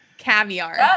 caviar